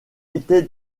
était